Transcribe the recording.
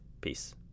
peace